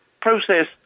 process